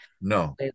No